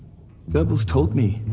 goebbels taught me.